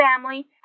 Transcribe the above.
family